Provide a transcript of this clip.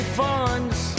funds